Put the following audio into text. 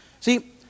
See